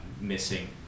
missing